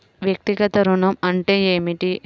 వ్యక్తిగత ఋణం అంటే ఏమిటి?